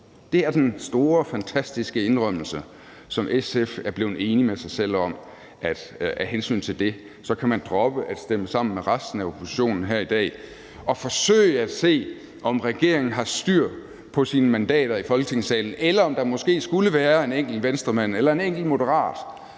Det er den store, fantastiske indrømmelse. SF er så blevet enig med sig selv om, at af hensyn til det kan man droppe at stemme sammen med resten af oppositionen her i dag og forsøge at se, om regeringen har styr på sine mandater i Folketingssalen, eller om der måske skulle være en enkelt Venstremand eller en enkelt fra